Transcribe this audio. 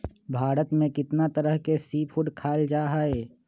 भारत में कितना तरह के सी फूड खाल जा हई